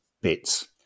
bits